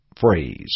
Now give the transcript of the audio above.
phrase